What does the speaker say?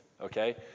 okay